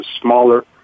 smaller